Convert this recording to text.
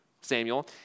Samuel